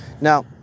Now